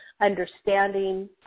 understanding